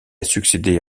succédé